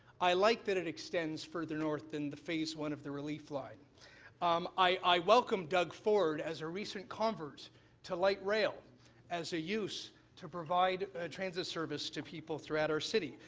i like that it extends further north than the phase one of the relief line um partnership welcome doug ford as a recent convert to light rail as a use to provide transit service to people throughout our city.